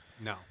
No